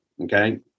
Okay